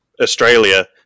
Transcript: Australia